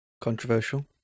Controversial